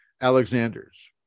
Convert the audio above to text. Alexanders